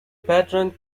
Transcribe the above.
pattern